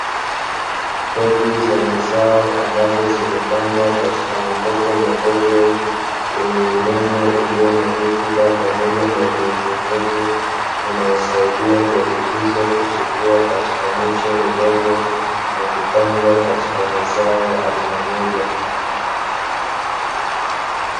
Mbegu za mazao ambazo zimepandwa katika makopo madogo, yenye udongo ulio na rutuba pamoja na unyevu unyevu, unaosaidia mbegu hizo kuchipua katika miche midogo na kupangwa katika mazao ya aina moja.